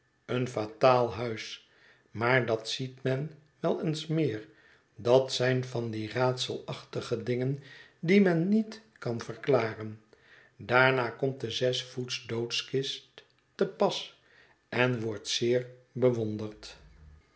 een fataal huis maar dat ziet men wel eens meer dat zijn van die raadselachtige dingen die men niet kan verklaren daarna komt de zes voets doodkist te pas en wordt zeer bewonderd